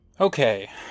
okay